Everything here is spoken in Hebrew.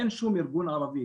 אין שום ארגון ערבי,